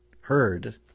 heard